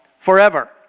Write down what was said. forever